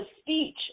speech